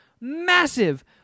massive